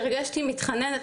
הרגשתי מתחננת,